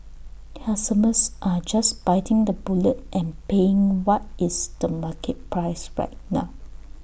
customers are just biting the bullet and paying what is the market price right now